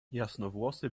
jasnowłosy